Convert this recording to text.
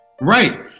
right